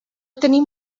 tenim